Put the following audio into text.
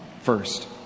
first